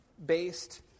based